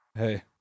Hey